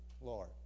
Lord